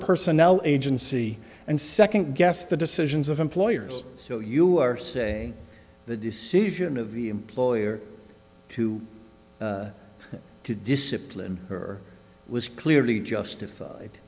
personnel agency and second guess the decisions of employers so you are say the decision of the employer to to discipline her was clearly justified